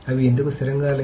అవి ఎందుకు స్థిరంగా లేవు